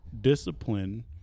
discipline